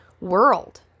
world